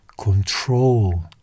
control